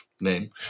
name